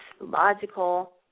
logical